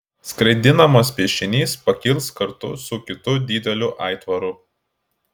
skraidinamas piešinys pakils kartu su kitu dideliu aitvaru